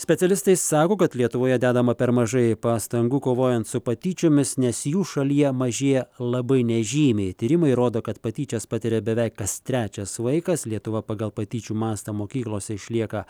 specialistai sako kad lietuvoje dedama per mažai pastangų kovojant su patyčiomis nes jų šalyje mažėja labai nežymiai tyrimai rodo kad patyčias patiria beveik kas trečias vaikas lietuva pagal patyčių mastą mokyklose išlieka